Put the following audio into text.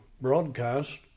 broadcast